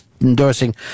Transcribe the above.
endorsing